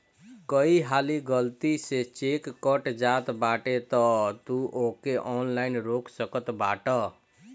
कई हाली गलती से चेक कट जात बाटे तअ तू ओके ऑनलाइन रोक सकत बाटअ